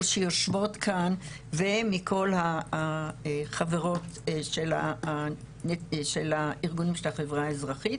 שיושבות כאן ומכל החברות של ארגוני החברה האזרחית